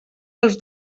dels